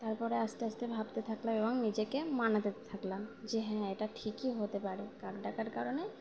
তারপরে আস্তে আস্তে ভাবতে থাকলাম এবং নিজেকে মানা দতে থাকলাম যে হ্যাঁ এটা ঠিকই হতে পারে কার ডাকার কারণে